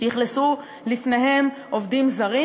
שאכלסו לפניהם עובדים זרים,